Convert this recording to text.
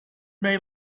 may